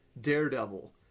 daredevil